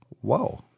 whoa